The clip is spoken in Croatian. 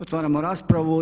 Otvaramo raspravu.